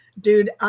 dude